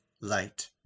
light